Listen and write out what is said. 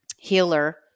healer